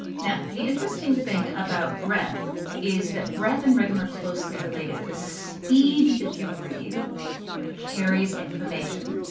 now, the interesting thing about breath is that breath and rhythm are closely related. the speed that you breathe carries information.